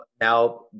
now